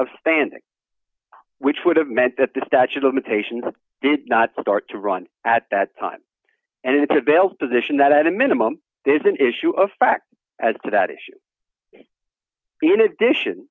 of standing which would have meant that the statute of limitations did not start to run at that time and it avails position that at a minimum there is an issue of fact as to that issue in addition